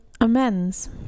amends